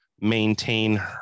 maintain